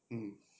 en